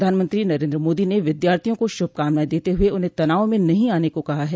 प्रधानमंत्री नरेन्द्र मोदी ने विद्यार्थियों को शुभकामनाएं देते हुए उन्हें तनाव में नहीं आने को कहा है